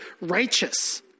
righteous